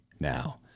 now